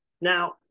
Now